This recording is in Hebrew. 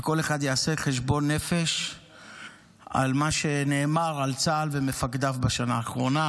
וכל אחד יעשה חשבון נפש על מה שנאמר על צה"ל ועל מפקדיו בשנה האחרונה,